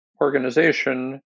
organization